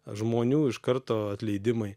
žmonių iš karto atleidimai